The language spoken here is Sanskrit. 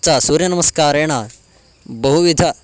च सूर्यनमस्कारेण बहुविध